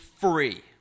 free